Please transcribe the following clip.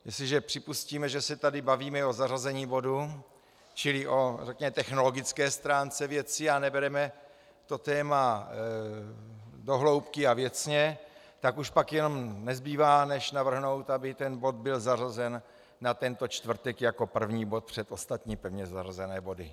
Jestliže připustíme, že se tady bavíme o zařazení bodu, čili o řekněme technologické stránce věci, a nebereme to téma do hloubky a věcně, tak už pak jenom nezbývá než navrhnout, aby ten bod byl zařazen na tento čtvrtek jako první bod před ostatní pevně zařazené body.